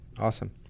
Awesome